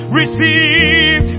receive